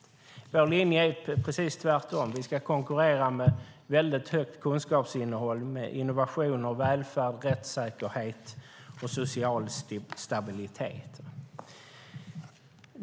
Vår linje är precis tvärtom: Vi ska konkurrera med ett väldigt högt kunskapsinnehåll, innovationer, välfärd, rättssäkerhet och social stabilitet.